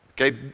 okay